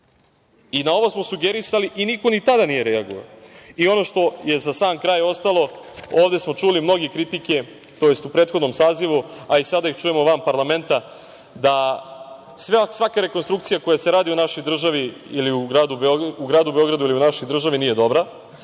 Na ovo smo sugerisali i niko ni tada nije reagovao. Ono što je za sam kraj ostalo, ovde smo čuli mnoge kritike, tj. u prethodnom sazivu, a i sada ih čujemo van parlamenta, da svaka rekonstrukcija koja se radi u našoj državi ili u gradu Beogradu nije dobra.